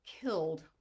killed